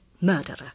murderer